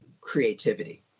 creativity